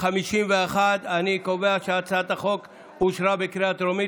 51. אני קובע שהצעת החוק אושרה בקריאה טרומית,